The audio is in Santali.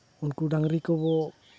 ᱩᱱᱠᱩ ᱰᱟᱹᱝᱨᱤ ᱠᱚᱵᱚ